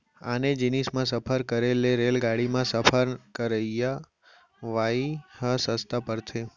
आने जिनिस म सफर करे ले रेलगाड़ी म सफर करवाइ ह सस्ता परथे